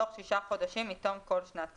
בתוך שישה חודשים מתום כל שנת כספים.